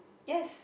yes